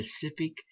specific